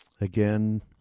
Again